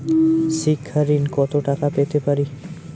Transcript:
শিক্ষা ঋণ কত টাকা পেতে পারি?